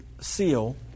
seal